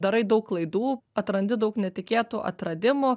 darai daug klaidų atrandi daug netikėtų atradimų